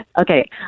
Okay